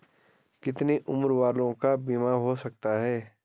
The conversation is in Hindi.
कितने उम्र वालों का बीमा हो सकता है?